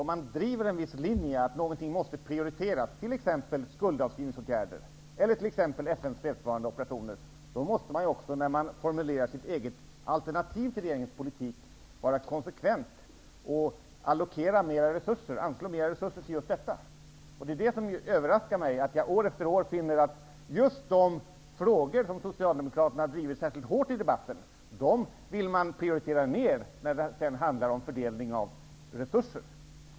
Om man driver en viss linje att något måste prioriteras, t.ex. skuldavskrivningsåtgärder eller FN:s fredsbevarande operationer, måste man även vara konsekvent när man formulerar sitt eget alternativ till regeringens politik och allokera mera resurser till just detta. Det är detta som överraskar mig. År efter år finner jag att just de frågor som Socialdemokraterna har drivit särskilt hårt i debatten vill de prioritera ner när det handlar om fördelning av resurser.